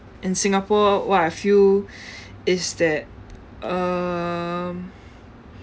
in singapore what I feel is that um